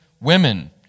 women